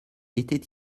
était